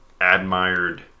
admired